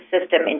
system